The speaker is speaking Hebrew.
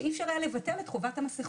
שאי אפשר היא לבטל את חובת המסכות,